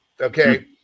Okay